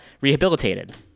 rehabilitated